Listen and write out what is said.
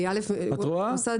אין בעיה.